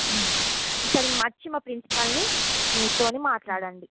ఒకసారి వచ్చి మా ప్రిన్సిపల్తో మాట్లాడండి